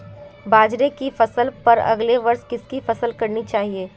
बाजरे की फसल पर अगले वर्ष किसकी फसल करनी चाहिए?